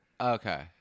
Okay